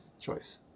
choice